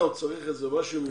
הוא צריך משהו מיוחד?